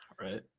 right